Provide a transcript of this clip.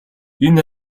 энэ